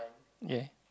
okay